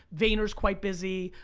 vayner's quite busy.